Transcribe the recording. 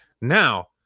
Now